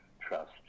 trust